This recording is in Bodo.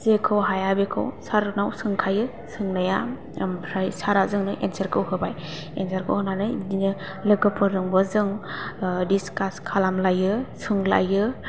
जेखौ हाया बेखौ सारनाव सोंखायो सोंनाया ओमफ्राय सारा जोंनो एनसारखौ होबाय एनसारखौ होनानै बिदिनो लोगोफोरजोंबो जों दिसकास खालामलायो सोंलायो